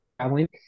traveling